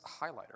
highlighter